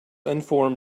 inform